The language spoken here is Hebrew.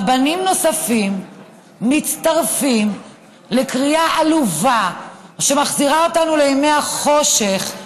רבנים נוספים מצטרפים לקריאה עלובה שמחזירה אותנו לימי החושך,